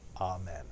amen